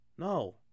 No